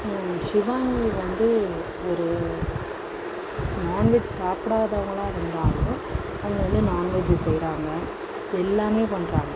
சிவாங்கி வந்து ஒரு நான்வெஜ் சாப்பிடாதாவங்ளா இருந்தாலும் அவங்க வந்து நான்வெஜ் செய்யுறாங்க எல்லாமே பண்ணுறாங்க